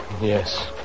Yes